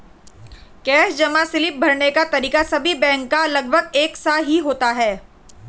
cash जमा slip भरने का तरीका सभी बैंक का लगभग एक सा ही होता है